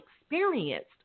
experienced